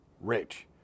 rich